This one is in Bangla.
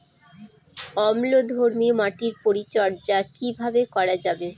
অম্লধর্মীয় মাটির পরিচর্যা কিভাবে করা যাবে?